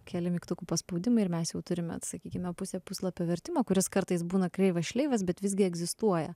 keli mygtukų paspaudimai ir mes jau turime sakykime pusę puslapio vertimo kuris kartais būna kreivas šleivas bet visgi egzistuoja